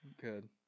Good